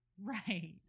Right